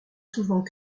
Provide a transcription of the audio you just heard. souvent